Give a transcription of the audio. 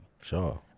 sure